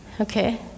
Okay